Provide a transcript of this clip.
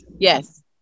Yes